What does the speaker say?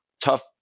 tough